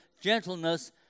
gentleness